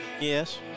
Yes